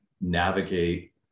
navigate